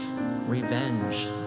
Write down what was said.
revenge